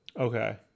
Okay